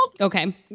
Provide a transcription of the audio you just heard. Okay